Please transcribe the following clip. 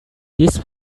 this